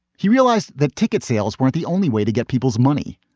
he realized that ticket sales weren't the only way to get people's money.